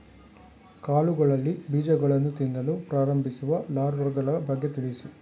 ಕಾಳುಗಳಲ್ಲಿ ಬೀಜಗಳನ್ನು ತಿನ್ನಲು ಪ್ರಾರಂಭಿಸುವ ಲಾರ್ವಗಳ ಬಗ್ಗೆ ತಿಳಿಸಿ?